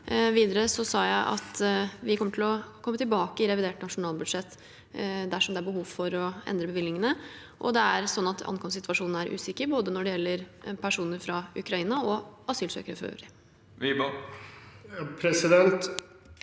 Videre sa jeg at vi kommer til å komme tilbake i revidert nasjonalbudsjett, dersom det er behov for å endre bevilgningene. Ankomstsituasjonen er usikker når det gjelder både personer fra Ukraina og asylsøkere for øvrig. Erlend